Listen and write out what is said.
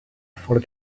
for